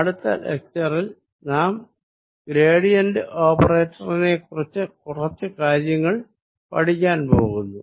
അടുത്ത ലെക്ച്ചറിൽ നാം ഗ്രേഡിയന്റ് ഓപ്പറേറ്ററിനെക്കുറിച്ച് കുറച്ച് കാര്യങ്ങൾ പഠിക്കാൻ പോകുന്നു